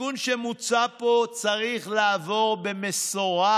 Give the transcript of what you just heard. התיקון שמוצע פה צריך לעבור במשורה",